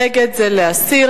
נגד זה להסיר.